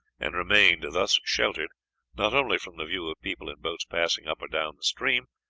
and remained thus sheltered not only from the view of people in boats passing up or down the stream,